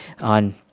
on